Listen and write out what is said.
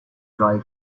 dry